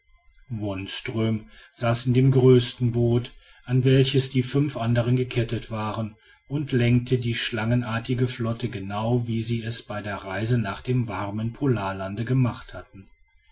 wonström saß in dem größten boote an welches die fünf anderen gekettet waren und lenkte die schlangenartige flotte genau wie sie es bei der reise nach dem warmen polarlande gemacht hatten